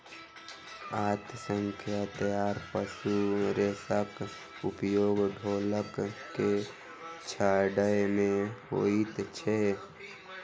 आंत सॅ तैयार पशु रेशाक उपयोग ढोलक के छाड़य मे होइत अछि